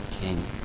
King